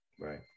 Right